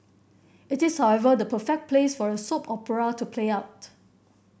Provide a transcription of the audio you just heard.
it is however the perfect place for a soap opera to play out